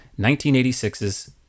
1986's